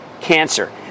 cancer